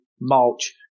mulch